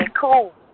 cool